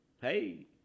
Hey